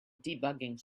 debugging